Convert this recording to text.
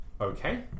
Okay